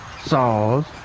SAWS